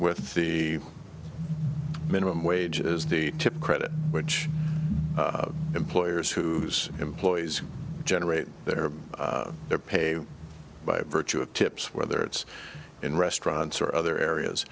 with the minimum wage is the tip credit which employers who employees generate their pay by virtue of tips whether it's in restaurants or other areas